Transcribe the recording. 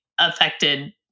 affected